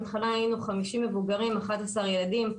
בהתחלה היינו 50 מבוגרים, 11 ילדים.